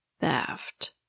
theft